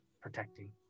protecting